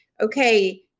okay